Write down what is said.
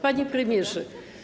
Panie Premierze!